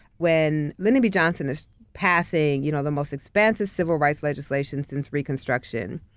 when lyndon b. johnson is passing you know the most expansive civil rights legislation since reconstruction,